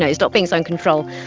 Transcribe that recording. ah stop being so in control!